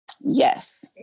yes